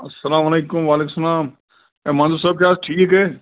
اَسلامُ علیکُم وعلیکُم سلام اے منظوٗر صٲب چھِ حظ ٹھیٖک ہے